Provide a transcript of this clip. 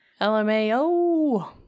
LMAO